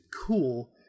cool